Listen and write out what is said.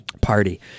Party